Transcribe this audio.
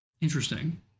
Interesting